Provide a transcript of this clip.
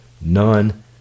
None